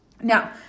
Now